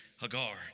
Hagar